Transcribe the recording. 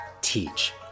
teach